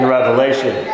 Revelation